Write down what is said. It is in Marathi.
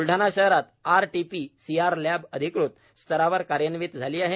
ब्लडाणा शहरात आरटी पीसी आर लॅब अधिकृत स्तरावर कार्यान्वित झाली आहे